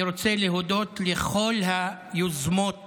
אני רוצה להודות לכל היוזמות